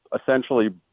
essentially